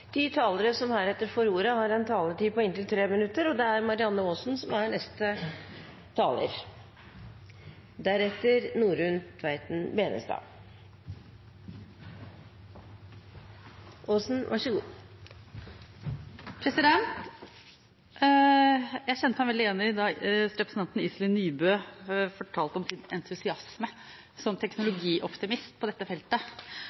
De talere som heretter får ordet, har en taletid på inntil 3 minutter. Jeg kjente meg veldig igjen i det representanten Iselin Nybø fortalte om sin entusiasme som teknologioptimist på dette feltet, og årsaken til at jeg